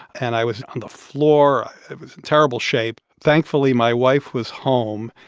and i was on the floor. i was in terrible shape. thankfully, my wife was home,